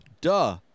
Duh